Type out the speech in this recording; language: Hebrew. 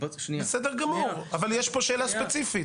בסדר גמור, אבל יש פה שאלה ספציפית.